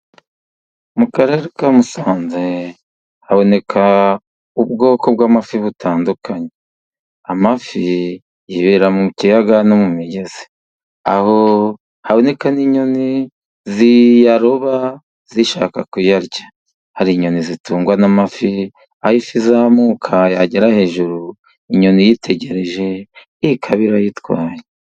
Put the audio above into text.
Mu Karere ka Musanze haboneka ubwoko bw'amafi butandukanye. Amafi yibera mu kiyaga no mu migezi, haboneka n'inyoni ziyaroba zishaka kuyarya. Hari inyoni zitungwa n'amafi aho ifi izamuka yagera hejuru inyoni yitegereje ikaba irayitwaye.